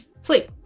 Sleep